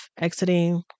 exiting